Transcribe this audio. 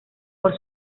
por